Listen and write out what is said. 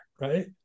right